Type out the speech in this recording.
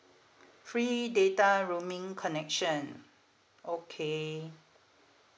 free data roaming connection okay